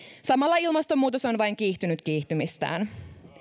samalla ilmastonmuutos on vain kiihtynyt kiihtymistään